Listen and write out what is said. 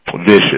vicious